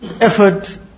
effort